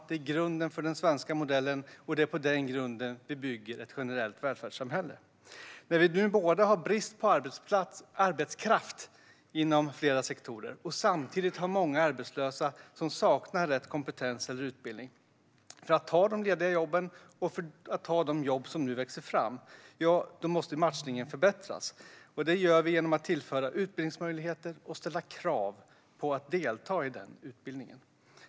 Det är grunden för den svenska modellen. Och det är på den grunden vi bygger ett generellt välfärdssamhälle. När det nu både finns brist på arbetskraft inom flera sektorer och samtidigt finns många arbetslösa som saknar rätt kompetens eller utbildning för att ta de lediga jobben och de jobb som nu växer fram måste matchningen förbättras. Det görs genom att tillföra utbildningsmöjligheter och ställa krav på att delta i utbildningen.